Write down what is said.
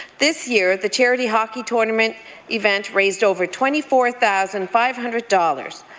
this year, the charity hockey tournament event raised over twenty four thousand five hundred dollars,